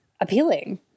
appealing